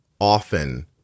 often